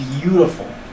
Beautiful